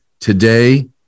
today